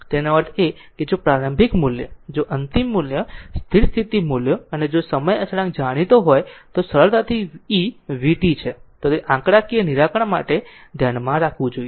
તેનો અર્થ એ છે કે જો પ્રારંભિક મૂલ્ય જો અંતિમ મૂલ્ય સ્થિર સ્થિતિ મૂલ્યો અને જો સમય અચળાંક જાણીતો હોય તો સરળતાથી e vt છે તો તે આંકડાકીય નિરાકરણ માટે ધ્યાનમાં રાખવું જોઈએ